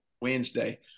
Wednesday